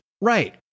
Right